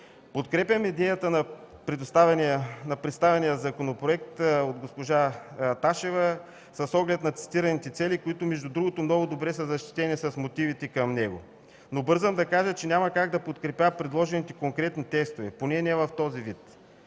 Подкрепям идеята на представения законопроект от госпожа Ташева с оглед цитираните цели, които, между другото, много добре са защитени в мотивите към него. Бързам да кажа, че няма как да подкрепя предложените конкретни текстове, поне не в този вид.